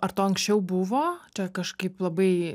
ar to anksčiau buvo čia kažkaip labai